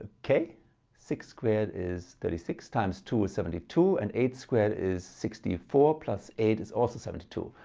ah okay six squared is thirty six times two is seventy two and eight squared is sixty four plus eight is also seventy two,